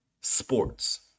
sports